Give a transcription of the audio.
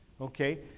okay